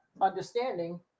understanding